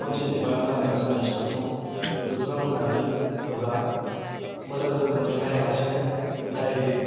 tonsil एबा गारामायाव जानाय सिथरखौ डक्टरा मोजाङै एबा मोजां रोखोमै नायालासिनो डायरेक्त